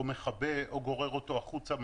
או מכבה או גורר אותו החוצה,